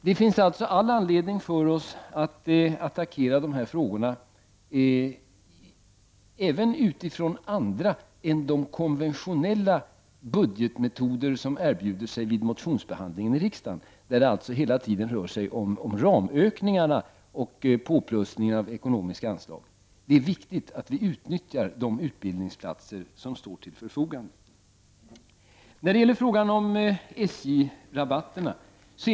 Det finns alltså all anledning för oss att attackera de här frågorna även med utgångspunkt i andra än de konventionella budgetmetoder som erbjuder sig vid motionsbehandlingen i riksdagen, där det hela tiden rör sig om ramökningar och ökningar av ekonomiska anslag. Det är viktigt att de utbildningsplatser som står till förfogande utnyttjas.